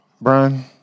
Brian